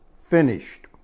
finished